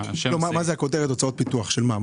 מה זה הכותרת של הוצאות פיתוח?